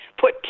put